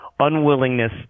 unwillingness